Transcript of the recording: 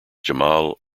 jamal